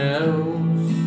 else